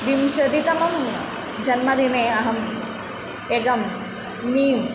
विंशतितमे जन्मदिने अहम् एकं नीम्